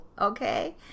okay